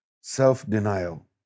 self-denial